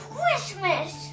Christmas